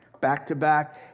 back-to-back